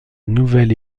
nouvelle